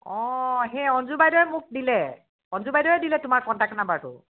অঁ সেই অঞ্জু বাইদেৱে মোক দিলে অঞজু বাইদেৱে দিলে তোমাৰ কণ্টেক্ট নাম্বাৰটো